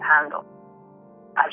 handle